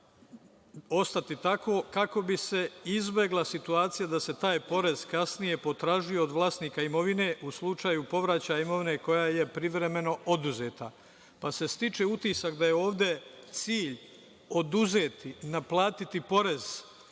ostati tako kako bi se izbegla situacija da se taj porez kasnije potražuje od vlasnika imovine u slučaju povraćaja imovine koja je privremeno oduzeta, pa se stiče utisak da je ovde cilj oduzeti, naplatiti porez